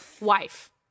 wife